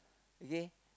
okay